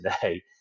today